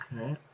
Okay